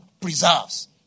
preserves